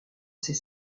ses